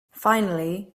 finally